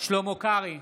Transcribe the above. שלמה קרעי,